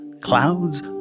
Clouds